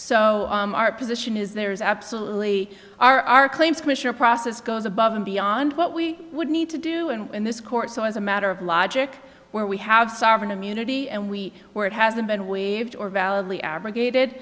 so our position is there is absolutely are our claims commissioner process goes above and beyond what we would need to do and in this court so as a matter of logic where we have sovereign immunity and we where it hasn't been waived or validly abrogated